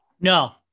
No